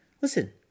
listen